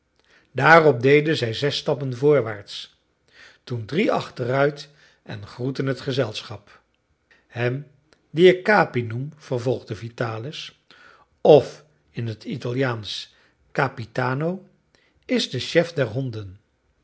daarop deden zij zes stappen voorwaarts toen drie achteruit en groetten het gezelschap hem dien ik capi noem vervolgde vitalis of in het italiaansch capitano is de chef der honden